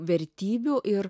vertybių ir